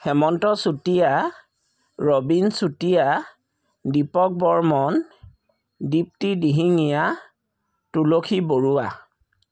Hemanta Chutia Rabin Chutia Dipak Barman Dipti Dihingia Tulsi Barua